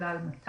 עלה על 200